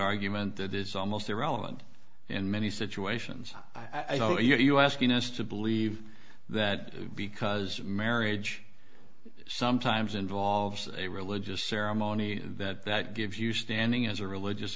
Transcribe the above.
argument that it's almost irrelevant in many situations i thought you were asking us to believe that because marriage sometimes involves a religious ceremony and that that gives you standing as a religious